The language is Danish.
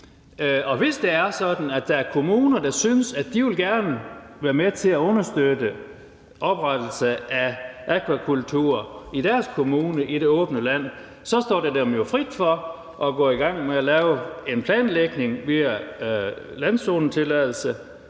Hvis det er sådan, at der er kommuner, der synes, at de gerne vil være med til at understøtte oprettelse af akvakultur i deres kommune i det åbne land, står det dem jo frit for at gå i gang med at lave en planlægning via landzonetilladelse,